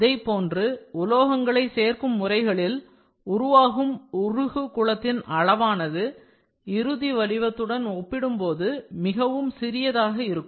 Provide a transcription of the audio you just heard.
அதைப்போன்று உலோகங்களை சேர்க்கும் முறைகளில் உருவாகும் உருகு குளத்தின் அளவானது இறுதி வடிவத்தோடு ஒப்பிடும்போது மிகவும் சிறியதாக இருக்கும்